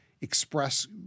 express